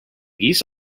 geese